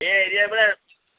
ଏ ଏରିଆରେ